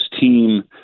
team